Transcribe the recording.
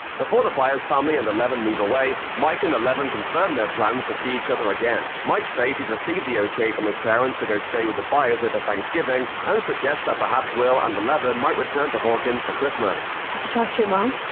before the byers family and eleven move away, mike and eleven confirm their plans to see each other again. mike says he's received the okay from his parents to go stay with the byers' over but thanksgiving and suggests that perhaps will and eleven might return to hawkins for christmas. did you talk to your mom?